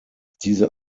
diese